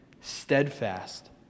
steadfast